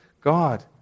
God